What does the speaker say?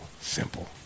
Simple